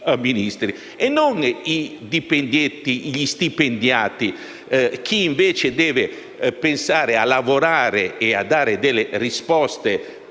e non i dipendenti, gli stipendiati, ovvero chi deve pensare a lavorare e a dare delle risposte